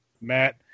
Matt